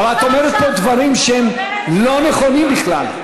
אבל את אומרת פה דברים שהם לא נכונים בכלל.